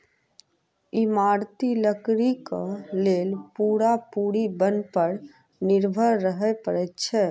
इमारती लकड़ीक लेल पूरा पूरी बन पर निर्भर रहय पड़ैत छै